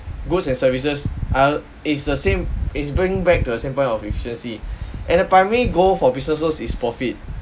goods and services all it's the same it's bring back to the same point of efficiency and the primary goal for businesses is profit